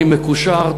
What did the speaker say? אני מקושר,